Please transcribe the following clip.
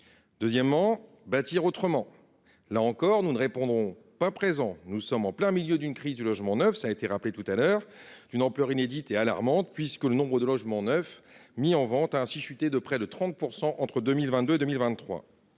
Deuxièmement, bâtir autrement : là encore, nous ne répondons pas « présent ». Nous sommes en plein milieu d’une crise du logement neuf d’une ampleur inédite et alarmante. Le nombre de logements neufs mis en vente a ainsi chuté de près de 30 % entre 2022 et 2023.